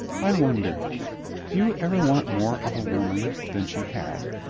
i wonder. did you ever want more of a woman than she had?